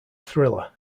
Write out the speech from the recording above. thriller